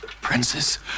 Princess